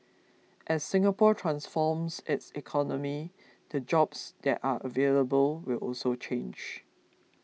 as Singapore transforms its economy the jobs that are available will also change